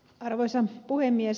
arvoisa puhemies